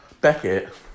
Beckett